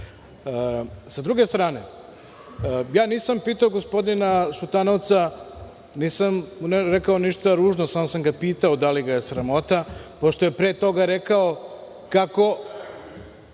druge strane, nisam pitao gospodina Šutanovca, nisam rekao ništa ružno, samo sam ga pitao da li ga je sramota pošto je pre toga rekao kako